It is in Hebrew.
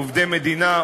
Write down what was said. עובדי מדינה,